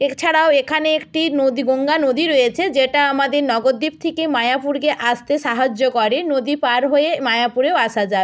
এছাড়াও এখানে একটি নদী গঙ্গা নদী রয়েছে যেটা আমাদের নবদ্বীপ থেকে মায়াপুরকে আসতে সাহায্য করে নদী পার হয়ে মায়াপুরেও আসা যায়